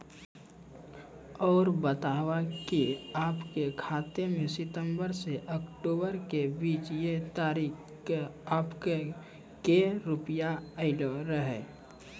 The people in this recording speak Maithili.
और बतायब के आपके खाते मे सितंबर से अक्टूबर के बीज ये तारीख के आपके के रुपिया येलो रहे?